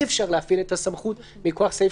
שאי אפשר להפעיל את הסמכות מכוח סעיף